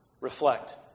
reflect